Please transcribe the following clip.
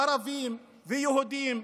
ערבים ויהודים,